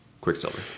Quicksilver